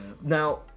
Now